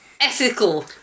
ethical